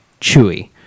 Chewie